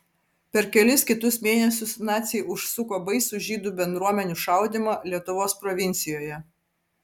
per kelis kitus mėnesius naciai užsuko baisų žydų bendruomenių šaudymą lietuvos provincijoje